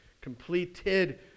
completed